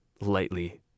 lightly